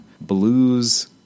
blues